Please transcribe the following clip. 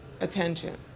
attention